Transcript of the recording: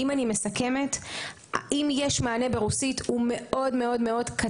אם אני מסכמת: אם יש מענה ברוסית הוא מאוד קטן,